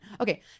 Okay